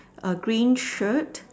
A green shirt